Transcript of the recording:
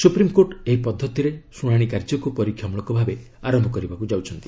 supreme court ଏହି ପଦ୍ଧତିରେ ଶୁଣାଶି କାର୍ଯ୍ୟକ୍ ପରୀକ୍ଷା ମୂଳକ ଭାବେ ଆରମ୍ଭ କରିବାକୁ ଯାଉଛନ୍ତି